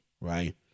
right